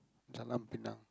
Jalan Pinang